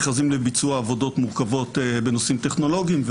מכרזים לביצוע עבודות מורכבות בנושאים טכנולוגיים,